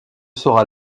sera